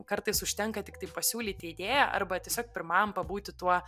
kartais užtenka tiktai pasiūlyti idėją arba tiesiog pirmam pabūti tuo